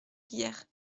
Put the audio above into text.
guiers